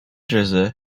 jersey